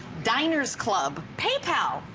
diners club, paypal,